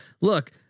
Look